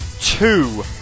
two